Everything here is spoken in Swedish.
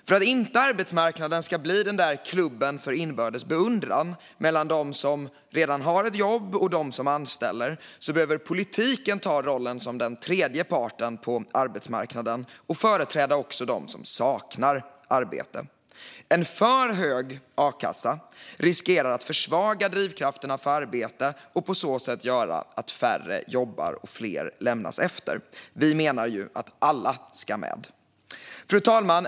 För att inte arbetsmarknaden ska bli den där klubben för inbördes beundran mellan dem som redan har ett jobb och dem som anställer behöver politiken ta rollen som den tredje parten på arbetsmarknaden och företräda också dem som saknar arbete. En för hög a-kassa riskerar att försvaga drivkrafterna för arbete och på så sätt göra att färre jobbar och fler lämnas efter. Vi menar att alla ska med. Fru talman!